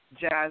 jazz